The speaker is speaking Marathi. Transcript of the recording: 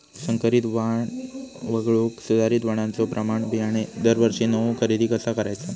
संकरित वाण वगळुक सुधारित वाणाचो प्रमाण बियाणे दरवर्षीक नवो खरेदी कसा करायचो?